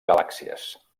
galàxies